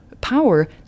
power